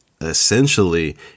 essentially